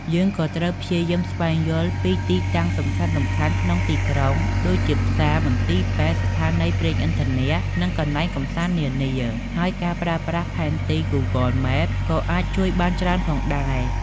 យើងក៏ត្រូវព្យាយាមស្វែងយល់ពីទីតាំងសំខាន់ៗក្នុងទីក្រុង ដូចជាផ្សារ មន្ទីរពេទ្យ ស្ថានីយ៍ប្រេងឥន្ធនៈ និងកន្លែងកម្សាន្តនានា ហើយការប្រើប្រាស់ផែនទី Google Map ក៏អាចជួយបានច្រើនផងដែរ។